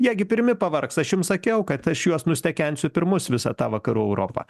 jie gi pirmi pavargs aš jums sakiau kad aš juos nustekensiu pirmus visą tą vakarų europą